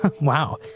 Wow